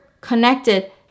connected